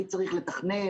מי צריך לתכנן?